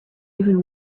even